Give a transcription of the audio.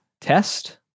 test